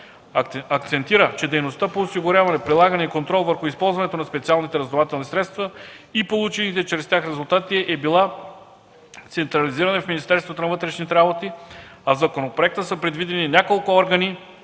Акцентира, че дейността по осигуряване, прилагане и контрол върху използването на специалните разузнавателни средства и получените чрез тях резултати е била централизирана в Министерството на вътрешните работи, а в законопроекта са предвидени няколко органи,